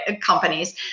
companies